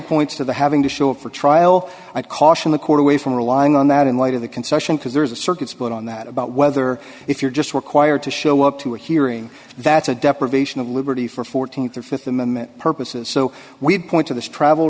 points to the having to show up for trial i caution the court away from relying on that in light of the concession because there's a circuit split on that about whether if you're just required to show up to a hearing that's a deprivation of liberty for fourteenth or fifth amendment purposes so we point to the travel